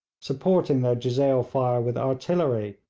supporting their jezail fire with artillery,